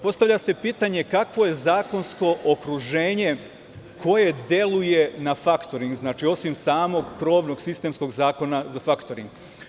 Postavlja se pitanje, kakvo je zakonsko okruženje koje deluje na faktoring, osim samog probnog sistemskog zakona za faktoring?